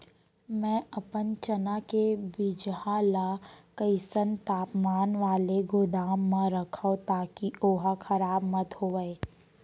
मैं अपन चना के बीजहा ल कइसन तापमान वाले गोदाम म रखव ताकि ओहा खराब मत होवय?